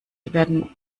werden